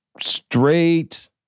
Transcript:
straight